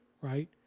right